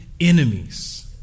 enemies